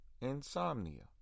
insomnia